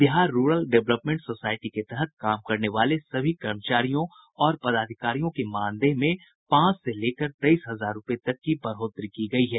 Bihar rural development society के तहत काम करने वाले सभी कर्मचारियों और पदाधिकारियों के मानदेय में पांच से लेकर तेईस हजार रूपये तक की बढ़ोतरी की गयी है